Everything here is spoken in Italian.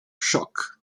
shock